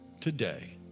today